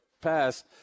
pass